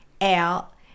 out